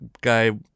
guy